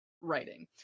writing